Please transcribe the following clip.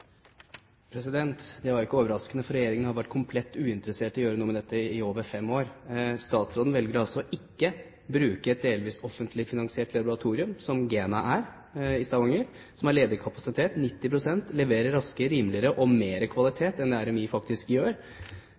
Det var jo ikke overraskende, for regjeringen har vært komplett uinteressert i å gjøre noe med dette i over fem år. Statsråden velger altså ikke å bruke et delvis offentlig finansiert laboratorium som GENA i Stavanger er, som har ledig kapasitet – 90 pst. – og